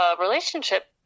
relationship